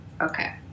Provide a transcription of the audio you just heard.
Okay